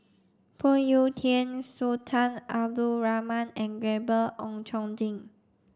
Phoon Yew Tien Sultan Abdul Rahman and Gabriel Oon Chong Jin